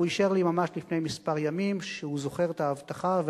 והוא אישר לי ממש לפני כמה ימים שהוא זוכר את ההבטחה.